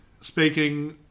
Speaking